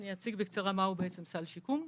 אני אציג בקצרה מהו סל שיקום.